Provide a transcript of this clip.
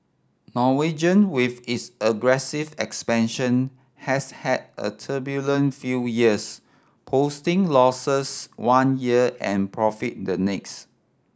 Norwegian with its aggressive expansion has had a turbulent few years posting losses one year and profit the next